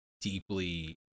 deeply